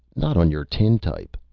not on your tintype!